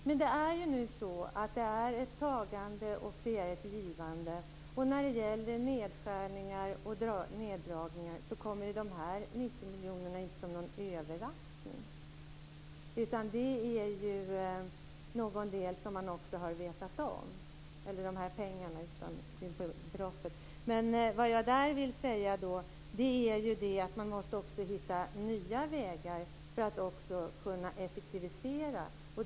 Men det är ett tagande och ett givande. När det gäller nedskärningar kommer de här 90 miljonerna inte som någon överraskning. De här pengarna har man vetat om. Man måste också hitta nya vägar för att kunna effektivisera.